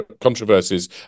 controversies